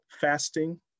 fasting